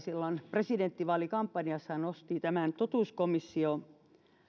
presidentinvaalikampanjassaan nosti esille totuuskomissioryhmän